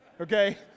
Okay